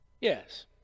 Yes